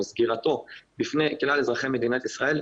סגירתו בפני כלל אזרחי מדינת ישראל,